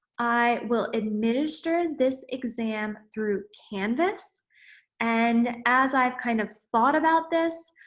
i will administer this exam through canvas and as i've kind of thought about this